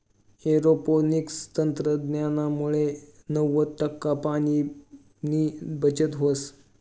aeroponics तंत्रज्ञानमुये नव्वद टक्का पाणीनी बचत व्हस